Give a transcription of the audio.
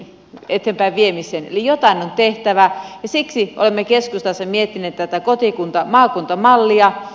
eli jotain on tehtävä ja siksi olemme keskustassa miettineet tätä kotikuntamaakunta mallia